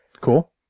Cool